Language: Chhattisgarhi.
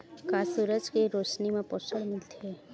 का सूरज के रोशनी म पोषण मिलथे?